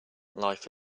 life